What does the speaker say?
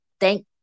Thank